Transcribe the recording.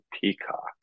Peacock